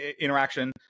interaction